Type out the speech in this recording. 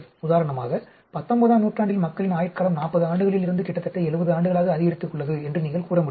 உதாரணமாக 19 ஆம் நூற்றாண்டில் மக்களின் ஆயுட்காலம் 40 ஆண்டுகளில் இருந்து கிட்டத்தட்ட 70 ஆண்டுகளாக அதிகரித்துள்ளது என்று நீங்கள் கூற முடியும்